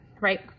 right